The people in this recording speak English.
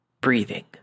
breathing